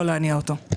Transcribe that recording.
לא להניע אותו.